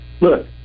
look